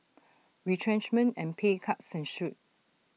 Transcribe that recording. retrenchment and pay cuts ensued